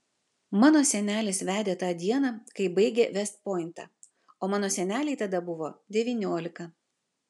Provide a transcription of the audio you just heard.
mano senelis vedė tą dieną kai baigė vest pointą o mano senelei tada buvo devyniolika